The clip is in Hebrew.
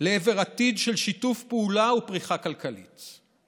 לעבר עתיד של שיתוף פעולה ופריחה כלכלית.